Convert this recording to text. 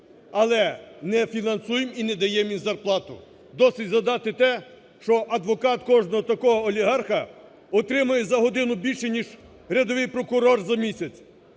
але не фінансуємо і не даємо їм зарплату. Досить згадати те, що адвокат кожного такого олігарха отримує за годину більше ніж рядовий прокурор за місяць.